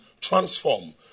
transform